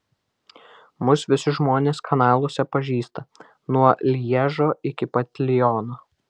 mus visi žmonės kanaluose pažįsta nuo lježo iki pat liono